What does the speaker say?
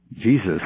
Jesus